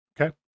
Okay